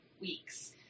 weeks